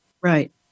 Right